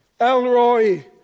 Elroy